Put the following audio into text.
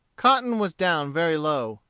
cotton was down very low.